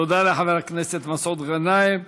תודה לחבר הכנסת מסעוד גנאים.